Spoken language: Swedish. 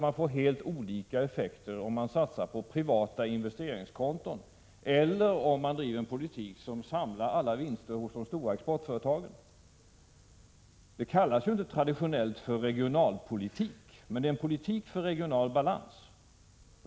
Man får helt olika effekter om man satsar på privata investeringskonton eller om man driver en politik som samlar alla vinster hos de stora exportföretagen. Det kallas inte traditionellt för regionalpolitik, men det är en politik för en regional balans.